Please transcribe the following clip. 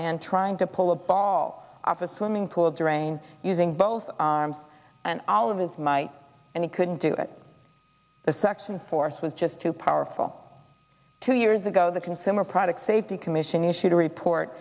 man trying to pull a ball off a swimming pool drain using both arms and all of his might and he couldn't do it the suction force was just too powerful two years ago the consumer product safety commission issued a report